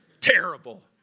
Terrible